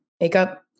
Makeup